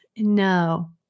No